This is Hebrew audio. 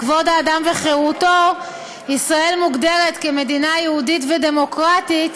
כבוד האדם וחירותו ישראל מוגדרת מדינה יהודית ודמוקרטית,